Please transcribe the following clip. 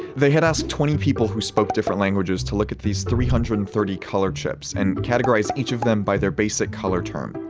they had asked twenty people who spoke different languages to look at these three hundred and thirty color chips and categorize each of them by their basic color term.